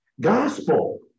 gospel